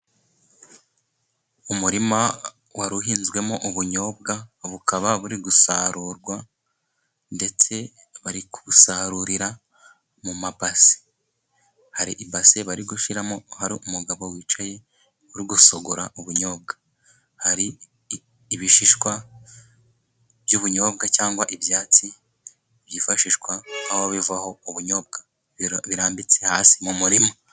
Umurima wari uhinzwemo ubunyobwa, bukaba buri gusarurwa ndetse bari kubusarurira mu mabasi har'ibase bari gushyiramo, hari umugabo wicaye urigosogora ubunyobwa, hari ibishishwa by'ubunyobwa cyangwa ibyatsi byifashishwa, aho bivaho ubunyobwa birambitse hasi mu murima.